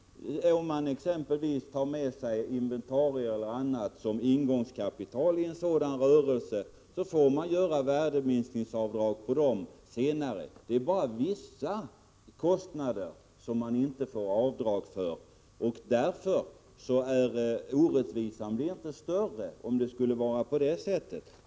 Om man exempelvis tar med sig inventarier eller annat som ingångskapital i en sådan rörelse, så får man göra värdeminskningsavdrag för dem senare. Det är bara vissa kostnader som man inte får göra avdrag för. Orättvisan blir alltså inte större.